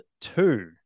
two